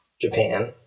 Japan